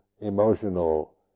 emotional